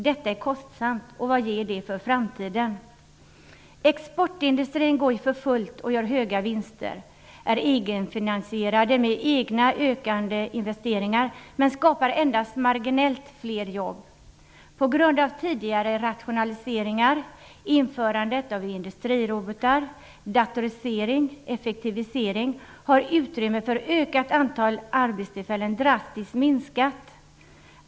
Detta är kostsamt, och vad ger det för framtiden? Exportindustrin går ju för fullt och gör höga vinster, är egenfinansierade med egna ökande investeringar, men skapar endast marginellt fler jobb. På grund av tidigare rationaliseringar, införandet av industrirobotar, datorisering, effektivisering har utrymmet för ökat antal arbetstillfällen drastiskt minskat.